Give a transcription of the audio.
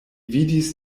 vidis